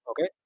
Okay